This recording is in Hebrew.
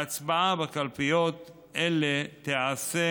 ההצבעה בקלפיות אלה תיעשה